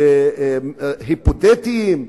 היפותטיים?